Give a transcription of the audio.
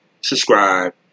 subscribe